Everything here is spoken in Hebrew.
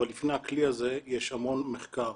אבל לפני הכלי הזה יש המון מחקר.